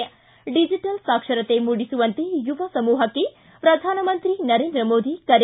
ಿ ಡಿಜಿಟಲ್ ಸಾಕ್ಷರತೆ ಮೂಡಿಸುವಂತೆ ಯುವ ಸಮೂಹಕ್ಕೆ ಪ್ರಧಾನಮಂತ್ರಿ ನರೇಂದ್ರ ಮೋದಿ ಕರೆ